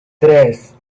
tres